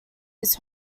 his